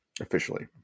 officially